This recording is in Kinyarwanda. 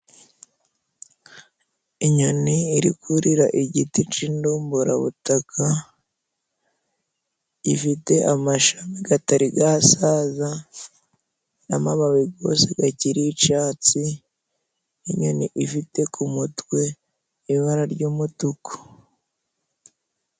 Inyoni iri kurira igiti c'indumburabutaka, gifite amashami gatari gasaza n'amababi gose gakiri icatsi, inyoni ifite ku mutwe ibara ry'umutuku.